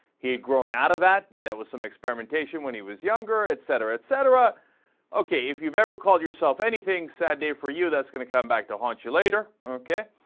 he he brought out of that that there was some experimentation when he was younger etcetera etcetera okay if you've ever call yourself anything sad day for you that's gonna come back to haunt you later okay